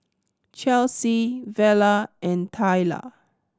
Chelsie Vella and Tayla